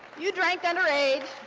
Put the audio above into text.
you drank underage.